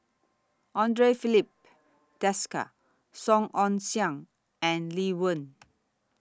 Andre Filipe Desker Song Ong Siang and Lee Wen